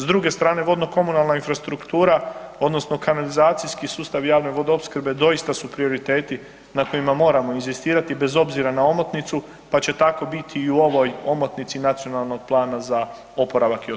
S druge strane vodnokomunalna infrastruktura odnosno kanalizacijski sustav javne vodoopskrbe doista su prioriteti na kojima moramo inzistirati, bez obzira na omotnicu pa će tako biti i u ovoj omotnici Nacionalnog plana za oporavak i otpornost.